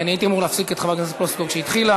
כי הייתי אמור להפסיק את חברת הכנסת פלוסקוב כשהתחילה.